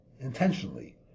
intentionally